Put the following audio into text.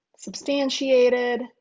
substantiated